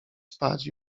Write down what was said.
spać